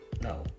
no